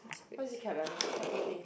what is this cap like that cap properly